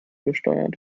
besteuert